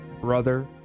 brother